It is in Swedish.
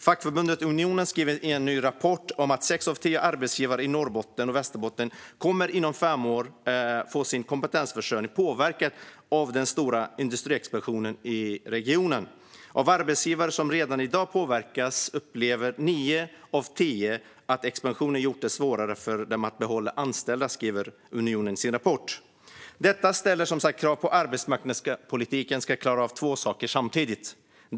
Fackförbundet Unionen skriver i en ny rapport att sex av tio arbetsgivare i Norrbotten och Västerbotten inom fem år kommer att få sin kompetensförsörjning påverkad av den stora industriexpansionen i regionen. Av arbetsgivare som redan i dag påverkas upplever nio av tio att expansionen har gjort det svårare för dem att behålla anställda, skriver Unionen i sin rapport. Detta ställer som sagt krav på arbetsmarknadspolitiken att klara av två saker samtidigt.